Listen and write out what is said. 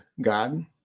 God